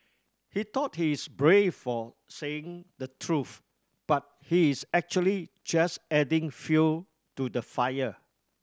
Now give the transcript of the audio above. he thought he's brave for saying the truth but he is actually just adding fuel to the fire